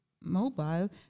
Mobile